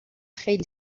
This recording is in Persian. خیلی